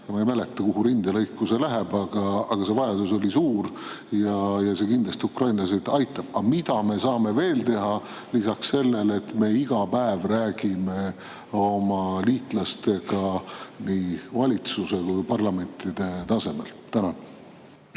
Ma ei mäleta, kuhu rindelõiku need lähevad, aga vajadus oli suur ja need kindlasti ukrainlasi aitavad. Mida me saame veel teha lisaks sellele, et me iga päev räägime oma liitlastega nii valitsuse kui ka parlamendi tasemel? Ei